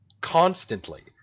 constantly